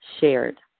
shared